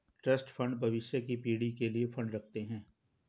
trust fund भविष्य की पीढ़ी के लिए फंड रखते हैं